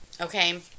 okay